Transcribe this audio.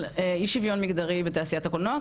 של אי שיוויון מגדרי בתעשיית הקולנוע,